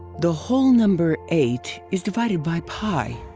the whole number eight is divided by pi.